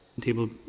Table